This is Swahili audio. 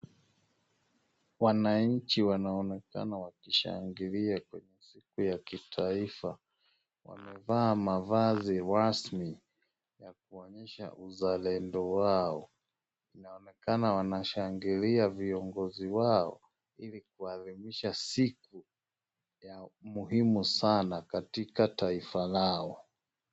Wananchi wanaonekana wakishangilia kwenye siku ya kitaifa. Wamevaa mavazi rasmi ya kuonyesha uzalendo wao. Inaonekana wanashangilia viongozi wao, ili kuadhimisha siku ya muhimu sana katika taifa lao.